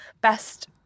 best